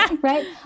right